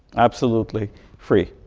absolutely free.